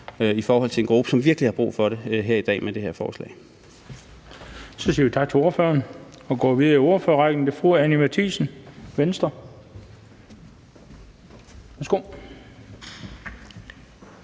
i forhold til en gruppe, som virkelig har brug for det. Kl. 15:22 Den fg. formand (Bent Bøgsted): Så siger vi tak til ordføreren og går videre i ordførerrækken. Fru Anni Matthiesen, Venstre. Værsgo.